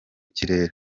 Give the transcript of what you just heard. kirere